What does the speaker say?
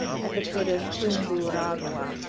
at the foot of tunguragua.